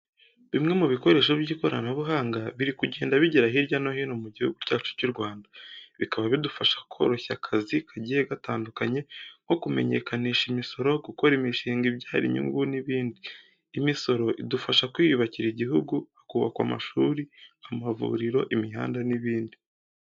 Bimwe mu bikoresho by'ikoranabuhanga biri kugenda bigera hirya no hino mu gihugu cyacu cy'u Rwanda. Bikaba bidufasha koroshya akazi kagiye gatandukanye nko kumenyekanisha imisoro, gukora imishinga ibyara inyungu n'ibindi. Imisoro idufasha kwiyubakira igihugu, hakubakwa amashuri, amavuriro, imihanda n'ibindi.